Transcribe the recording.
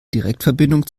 direktverbindung